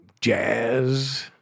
Jazz